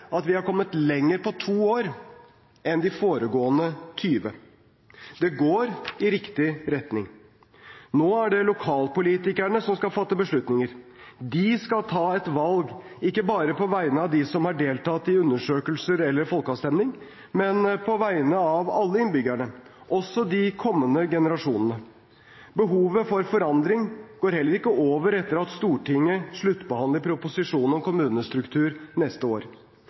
at vi er kommet lenger på to år enn på de foregående 20 årene. Det går i riktig retning. Nå er det lokalpolitikerne som skal fatte beslutninger. De skal ta et valg, ikke bare på vegne av dem som har deltatt i undersøkelser eller folkeavstemning, men på vegne av alle innbyggerne, også de kommende generasjonene. Behovet for forandring går heller ikke over etter at Stortinget sluttbehandler proposisjonen om kommunestruktur neste år.